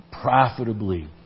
profitably